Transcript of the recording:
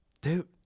Dude